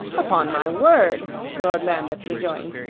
upon my word, lord lambeth rejoined,